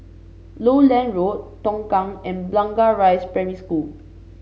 Lowland Road Tongkang and Blangah Rise Primary School